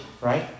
right